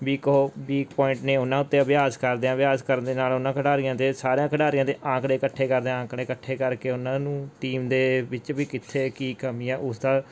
week ਉਹ weak point ਨੇ ਉਨ੍ਹਾਂ ਉੱਤੇ ਅਭਿਆਸ ਕਰਦੇ ਹਾਂ ਅਭਿਆਸ ਕਰਨ ਦੇ ਨਾਲ ਉਨ੍ਹਾਂ ਖਿਡਾਰੀਆਂ ਦੇ ਸਾਰਿਆਂ ਖਿਡਾਰੀਆਂ ਦੇ ਅੰਕੜੇ ਇਕੱਠੇ ਕਰਦੇ ਹਾਂ ਅੰਕੜੇ ਇਕੱਠੇ ਕਰਕੇ ਉਨ੍ਹਾਂ ਨੂੰ ਟੀਮ ਦੇ ਵਿੱਚ ਵੀ ਕਿੱਥੇ ਕੀ ਕਮੀ ਹੈ ਉਸਦਾ